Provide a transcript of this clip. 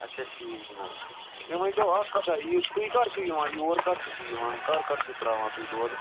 اچھا ٹھیٖک جناب مےٚ ؤنۍتو اَکھ کَتھاہ یہِ تُہۍ کَر چھُو یِوان یور کَر چھُو تُہۍ یِوان کر کر چھُو تُہۍ ترٛاوان دۄد